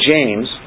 James